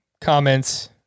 comments